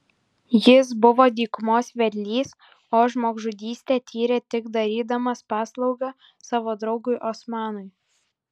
jis buvo dykumos vedlys o žmogžudystę tyrė tik darydamas paslaugą savo draugui osmanui